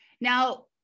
Now